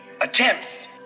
attempts